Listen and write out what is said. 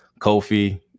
Kofi